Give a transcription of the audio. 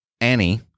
Annie